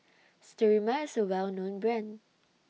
Sterimar IS A Well known Brand